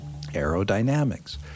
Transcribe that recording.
aerodynamics